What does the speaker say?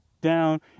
down